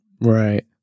Right